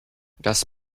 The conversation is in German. das